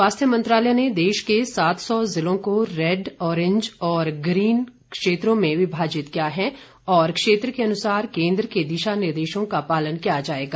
स्वास्थ्य मंत्रालय ने देश के सात सौ ज़िलों को रेड ओरेंज और ग्रीन क्षेत्रों में विभाजित किया है और क्षेत्र के अनुसार केन्द्र के दिशा निर्देशों का पालन किया जाएगा